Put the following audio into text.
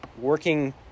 working